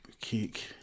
Kick